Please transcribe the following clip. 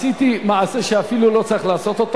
אפילו עשיתי מעשה שלא צריך לעשות,